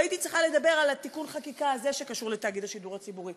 והייתי צריכה לדבר על תיקון החקיקה הזה שקשור לתאגיד השידור הציבורי,